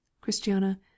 Christiana